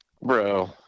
bro